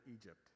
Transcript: Egypt